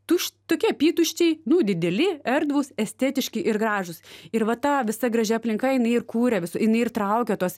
tušt tokie apytuščiai nu dideli erdvūs estetiški ir gražūs ir va ta visa graži aplinka jinai ir kūria visur jinai ir traukia tuos